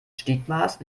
stigmas